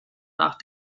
nach